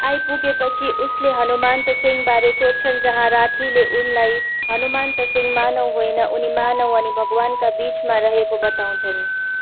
आइपुगेपछि उसले हनुमन्त सिँहबारे सोध्छन् जहाँ राठीले उनलाई हनुमन्त सिँह मानव होइन उनी मानव अनि भगवानका बिचमा रहेको बताउँछन्